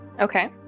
Okay